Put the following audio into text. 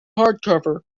hardcover